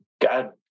God